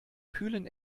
kühlen